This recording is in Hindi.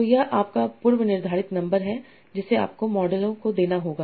तो यह आपका पूर्वनिर्धारित नंबर है जिसे आपको मॉडलों को देना होगा